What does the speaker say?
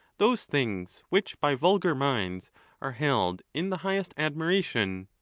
those things which by vulgar minds are held in the highest admiration!